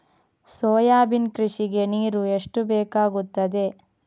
Soybean ಕೃಷಿಗೆ ನೀರು ಎಷ್ಟು ಬೇಕಾಗುತ್ತದೆ?